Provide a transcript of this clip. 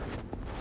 mm